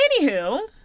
Anywho